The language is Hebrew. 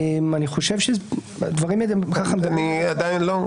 אני חושב שהדברים מדברים בעד עצמם.